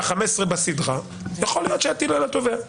ה-15 בסדרה יכול להיות שיטילו על התובע.